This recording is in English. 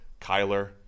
Kyler